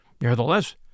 Nevertheless